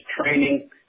training